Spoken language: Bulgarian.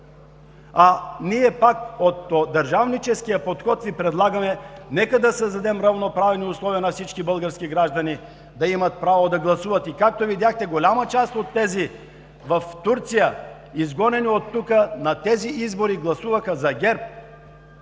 А ние пак от държавническия подход Ви предлагаме: нека да създадем равноправни условия на всички български граждани да имат право да гласуват и както видяхте, голяма част от тези в Турция, изгонени оттук, на тези избори гласуваха за ГЕРБ!